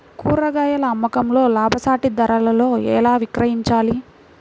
కూరగాయాల అమ్మకంలో లాభసాటి ధరలలో ఎలా విక్రయించాలి?